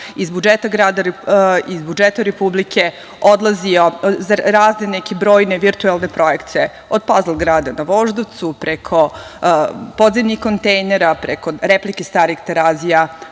iz budžeta Republike odlazio, za razne neke brojne virtuelne projekte, od „Pazl grada“ na Voždovcu, preko podzemnih kontejnera, preko replike starih Terazija